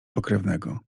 pokrewnego